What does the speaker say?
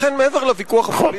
זה בלי קשר לוויכוח הפוליטי.